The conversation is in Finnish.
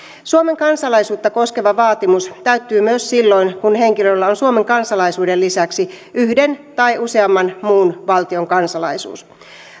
suomen kansalaisuutta koskeva vaatimus täyttyy myös silloin kun henkilöllä on suomen kansalaisuuden lisäksi yhden tai useamman muun valtion kansalaisuus